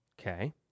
Okay